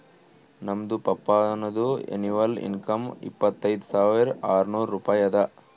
ನಮ್ದು ಪಪ್ಪಾನದು annual income ಇಪ್ಪತೈದ್ ಸಾವಿರಾ ಆರ್ನೂರ್ ರೂಪಾಯಿ ಅದಾ